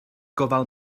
gofal